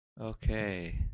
Okay